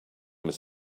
his